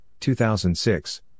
2006